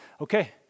okay